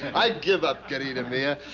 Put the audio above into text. i give up, querida mia.